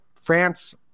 France